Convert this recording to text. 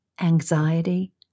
anxiety